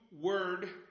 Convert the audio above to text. word